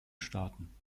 staaten